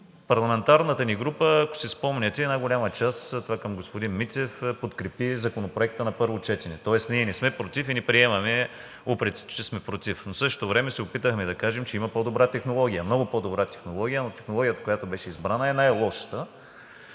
Парламентарната ни група, ако си спомняте, една голяма част, това към господин Митев, подкрепи Законопроекта на първо четене, тоест ние не сме против и не приемаме упреците, че сме против, но в същото време се опитахме да кажем, че има по-добра технология. Много по-добра технология, но технологията, която беше избрана, е най-лошата